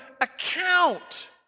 account